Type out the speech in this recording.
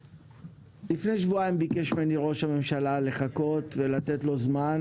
לפני שבועיים ביקש ממני ראש הממשלה לחכות ולתת לו זמן